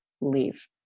leave